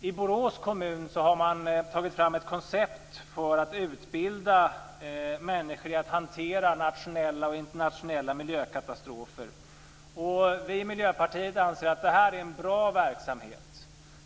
I Borås kommun har man tagit fram ett koncept för att utbilda människor i att hantera nationella och internationella miljökatastrofer. Vi i Miljöpartiet anser att det är en bra verksamhet.